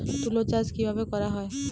তুলো চাষ কিভাবে করা হয়?